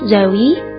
Zoe